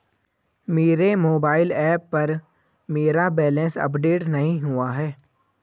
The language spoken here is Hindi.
मेरे मोबाइल ऐप पर मेरा बैलेंस अपडेट नहीं हुआ है